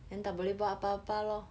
and tak boleh buat apa-apa lor